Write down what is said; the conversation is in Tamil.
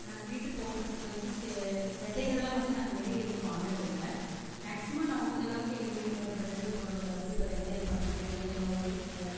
நாங்கள் வீட்டு தோட்டத்துக்கு வந்து சே விதைகள்லாம் வந்து நாங்கள் வெளியில் எங்கேயும் வாங்குறதில்லை மேக்சிமம் நான் முடிஞ்சளவுக்கு எங்கள் வீட்டில் இருக்குறதுள்ளவே பொருள்களை வந்து இப்போ வெந்தயம் பார்த்தீங்கன்னா வெந்தயம் உழ் ந